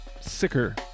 sicker